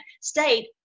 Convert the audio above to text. state